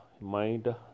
mind